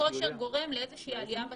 הכושר גורם לאיזושהי עלייה בתחלואה.